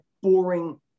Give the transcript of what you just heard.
boring